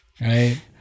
Right